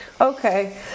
okay